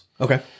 Okay